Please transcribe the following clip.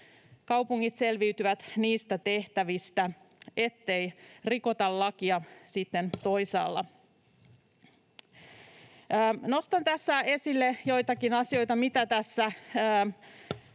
kaupungit selviytyvät niistä tehtävistä eikä rikota lakia sitten toisaalla. Nostan tässä esille joitakin asioita, mitä